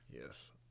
yes